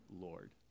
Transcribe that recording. Lord